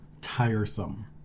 tiresome